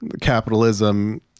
capitalism